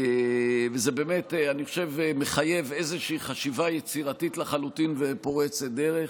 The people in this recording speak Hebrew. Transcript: זה באמת מחייב איזושהי חשיבה יצירתית לחלוטין ופורצת דרך.